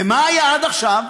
ומה היה עד עכשיו?